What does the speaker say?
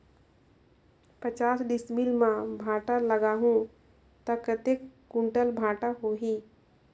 पचास डिसमिल मां भांटा लगाहूं ता कतेक कुंटल भांटा होही?